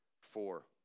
four